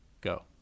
Go